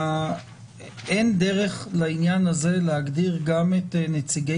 אין דרך לעניין הזה להגדיר גם את נציגי